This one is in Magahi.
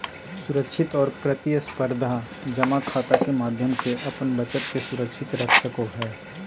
सुरक्षित और प्रतिस्परधा जमा खाता के माध्यम से अपन बचत के सुरक्षित रख सको हइ